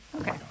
Okay